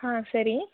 ಹಾಂ ಸರಿ